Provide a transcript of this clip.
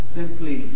simply